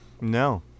No